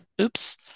oops